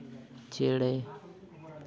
ᱪᱮᱬᱮ